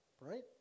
right